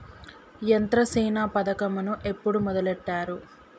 యంత్రసేవ పథకమును ఎప్పుడు మొదలెట్టారు?